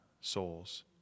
souls